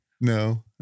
No